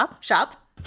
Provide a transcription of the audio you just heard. Shop